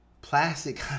plastic